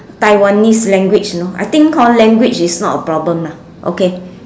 taiwanese language you know I think hor language is not a problem lah okay